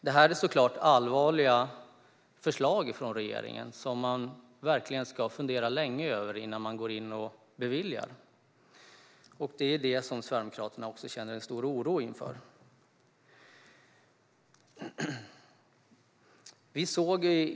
Det är såklart allvarliga förslag från regeringen som man verkligen ska fundera länge över innan man går in och beviljar. Det är också det som Sverigedemokraterna känner en stor oro inför.